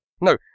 No